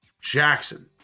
Jackson